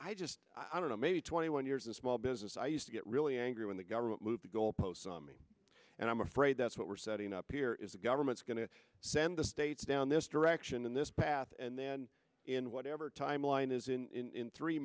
i just i don't know maybe twenty one years in a small business i used to get really angry when the government moved the goalposts on me and i'm afraid that's what we're setting up here is the government's going to send the states down this direction in this path and then in whatever timeline is in